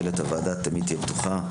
דלת הוועדה תמיד תהיה פתוחה.